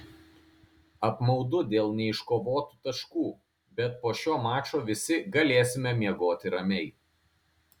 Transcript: apmaudu dėl neiškovotų taškų bet po šio mačo visi galėsime miegoti ramiai